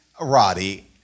Roddy